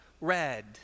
red